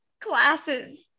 classes